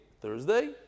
Thursday